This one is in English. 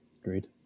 Agreed